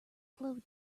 glow